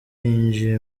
yinjije